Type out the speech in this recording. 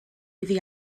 iddi